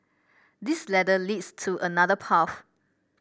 this ladder leads to another path